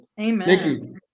Amen